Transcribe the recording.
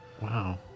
Wow